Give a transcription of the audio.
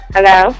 Hello